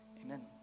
amen